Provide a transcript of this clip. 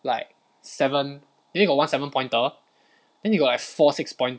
like seven they only got one seven pointer then we got like four six point